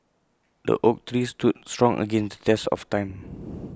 the oak tree stood strong against test of time